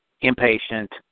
impatient